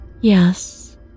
Yes